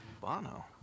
Bono